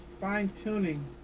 fine-tuning